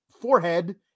forehead